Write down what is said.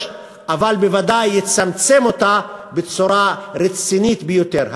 אבל בוודאי יצמצם אותה בצורה רצינית ביותר.